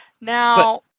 now